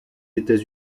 états